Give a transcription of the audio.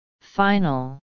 Final